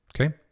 Okay